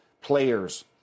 players